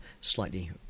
slightly